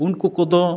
ᱩᱱᱠᱩ ᱠᱚᱫᱚ